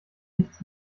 nichts